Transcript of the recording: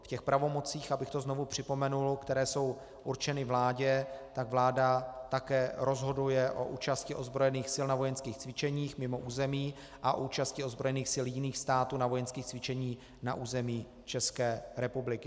V těch pravomocích, abych to znovu připomněl, které jsou určeny vládě, vláda také rozhoduje o účasti ozbrojených sil na vojenských cvičeních mimo území a účasti ozbrojených sil jiných států na vojenských cvičeních na území České republiky.